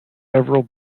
several